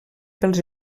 pels